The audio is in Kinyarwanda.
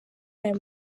aya